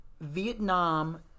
Vietnam